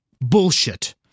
Bullshit